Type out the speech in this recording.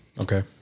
Okay